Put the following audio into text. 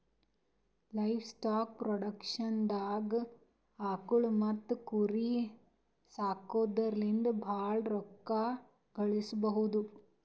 livestock ಪ್ರೊಡಕ್ಷನ್ದಾಗ್ ಆಕುಳ್ ಮತ್ತ್ ಕುರಿ ಸಾಕೊದ್ರಿಂದ ಭಾಳ್ ರೋಕ್ಕಾ ಗಳಿಸ್ಬಹುದು